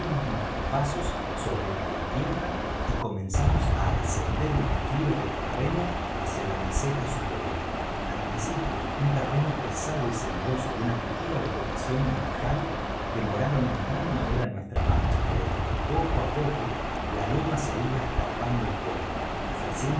nuestros pasos sobre la izquierda y comenzamos á ascender el declive del terreno hacia la meseta superior al principio un terreno pesado y cenagoso y una tupida vegetación de marjal demoraron en gran manera nuestra marcha pero poco á poco la loma se iba escarpando un poco